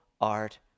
art